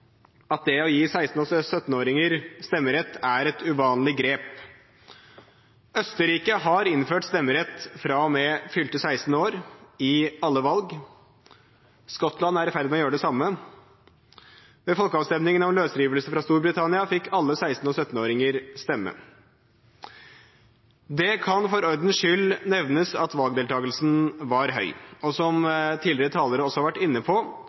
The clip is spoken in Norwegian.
at det å gi 16-åringer og 17-åringer stemmerett er et uvanlig grep. Østerrike har innført stemmerett fra og med fylte 16 år i alle valg. Skottland er i ferd med å gjøre det samme. Ved folkeavstemningen om løsrivelse fra Storbritannia fikk alle 16-åringer og 17-åringer stemme. Det kan for ordens skyld nevnes at valgdeltakelsen var høy, og som tidligere talere også har vært inne på,